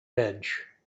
edge